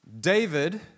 David